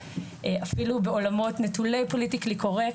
אפילו בעולמות נטולי פוליטיקלי קורקט,